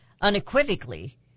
unequivocally